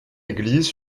église